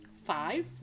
Five